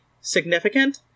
significant